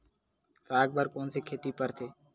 साग बर कोन से खेती परथे?